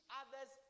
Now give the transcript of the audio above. others